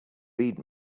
read